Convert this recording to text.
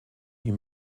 you